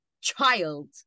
child